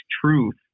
truth